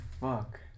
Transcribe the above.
fuck